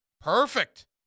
perfect